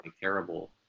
terrible